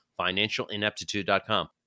financialineptitude.com